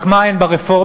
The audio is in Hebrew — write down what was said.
רק מה אין ברפורמה?